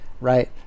right